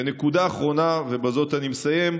ונקודה אחרונה, ובזאת אני מסיים,